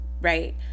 right